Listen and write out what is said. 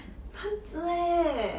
三只 eh